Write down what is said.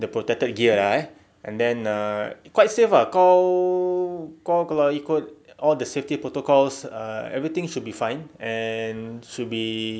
the protected gear ah eh and then uh quite safe ah kau kau kalau ikut all the safety protocols ah everything should be fine and should be